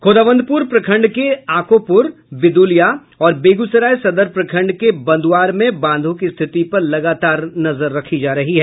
खोदावंदपुर प्रखंड के आकोपुर बिदुलिया और बेगूसराय सदर प्रखंड के बंदुआर में बांधों की स्थिति पर लगातार नजर रखी जा रही है